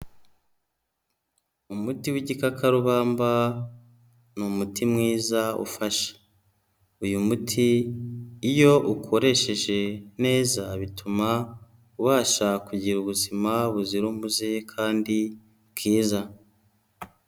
Umuti w'igikakarubamba ni umuti mwiza ufasha, uyu muti iyo ukoresheje neza bituma ubasha kugira ubuzima buzira umuze kandi bwiza.